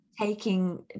taking